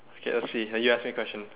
okay let's see you ask me a question